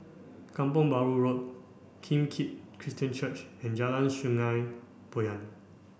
Kampong Bahru Road Kim Keat Christian Church and Jalan Sungei Poyan